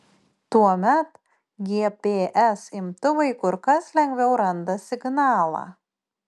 tuomet gps imtuvai kur kas lengviau randa signalą